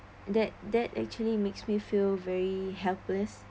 that that actually makes me feel very helpless